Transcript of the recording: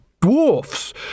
Dwarfs